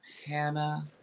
Hannah